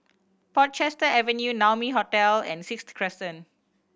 Portchester Avenue Naumi Hotel and Sixth Crescent